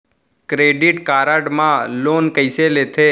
Credit card मा loan कइसे लेथे?